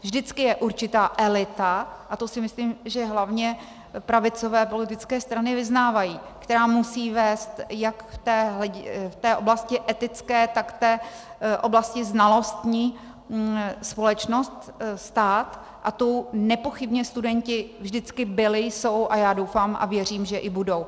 Vždycky je určitá elita, a to si myslím, že hlavně pravicové politické strany vyznávají, která musí vést jak v oblasti etické, tak v oblasti znalostní společnost, stát, a tou nepochybně studenti vždycky byli, jsou a já doufám a věřím, že i budou.